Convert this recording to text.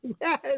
Yes